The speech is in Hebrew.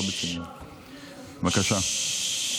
בבקשה.